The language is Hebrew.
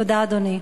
תודה, אדוני.